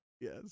Yes